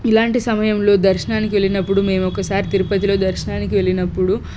ఇలాంటి సమయంలో దర్శనానికి వెళ్ళినప్పుడు మేము ఒకసారి తిరుపతిలో దర్శనానికి వెళ్ళినప్పుడు